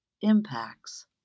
impacts